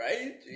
Right